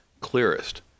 clearest